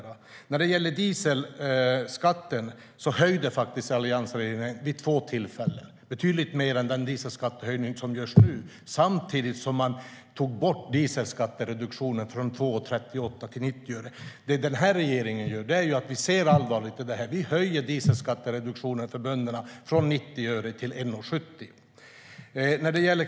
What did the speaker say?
Alliansregeringen höjde faktiskt dieselskatten vid två tillfällen. Det var betydligt mer än den dieselskattehöjning som nu görs. Samtidigt sänkte alliansregeringen dieselskattereduktionen från 2:38 till 90 öre. Den här regeringen ser allvarligt på detta och höjer dieselskattereduktionen till bönderna från 90 öre till 1:70.